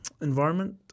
environment